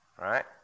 Right